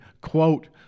quote